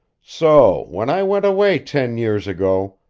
so, when i went away ten years ago,